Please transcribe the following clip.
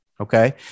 okay